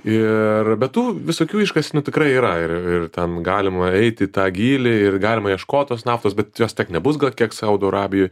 ir be tų visokių iškasenų tikrai yra ir ir ten galima eiti į tą gylį ir galima ieškot tos naftos bet jos tiek nebus gal kiek saudo arabijoj